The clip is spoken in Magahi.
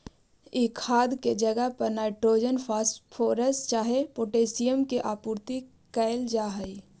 ई खाद के जगह पर नाइट्रोजन, फॉस्फोरस चाहे पोटाशियम के आपूर्ति कयल जा हई